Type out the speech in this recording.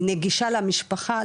היא נגישה למשפחה,